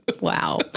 Wow